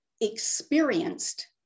experienced